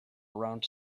around